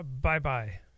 Bye-bye